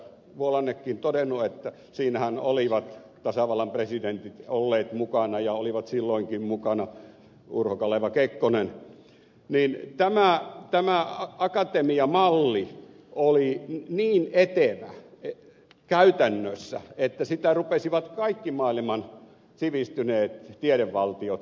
vuolannekin todennut olivat tasavallan presidentit olleet mukana ja olivat silloinkin mukana urho kaleva kekkonen tämä akatemia malli oli niin etevä käytännössä että sitä rupesivat kaikki maailman sivistyneet tiedevaltiot käyttämään hyväkseen